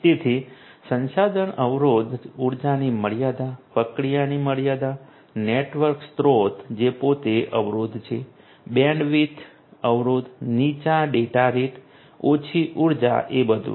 તેથી સંસાધન અવરોધ ઉર્જાની મર્યાદા પ્રક્રિયાની મર્યાદા નેટવર્ક સ્રોત જે પોતે અવરોધ છે બેન્ડવિડ્થ અવરોધ નીચા ડેટા રેટ ઓછી ઉર્જા એ બધું છે